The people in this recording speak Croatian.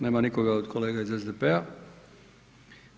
Nema nikoga od kolega iz SDP-a.